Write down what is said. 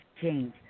change